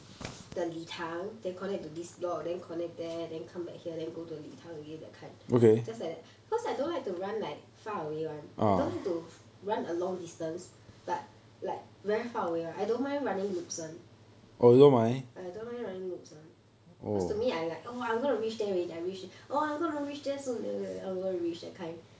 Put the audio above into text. the 礼堂 then connect to this block then connect there then come back here then go to the 礼堂 again that kind just like that because I don't like to run like far away one I don't like to run a long distance but like very far away right I don't mind running loosen ya I don't mind running loosen because to me I like oh I'm going to reach there already then I reach oh I'm going to reach there soon oh I'm going to reach there that kind